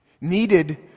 needed